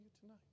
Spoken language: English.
tonight